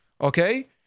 Okay